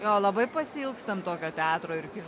jo labai pasiilgstam tokio teatro irgi